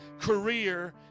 career